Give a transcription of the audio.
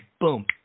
boom